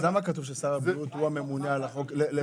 אז למה כתוב ששר הבריאות הוא הממונה על החוק הזה?